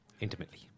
Intimately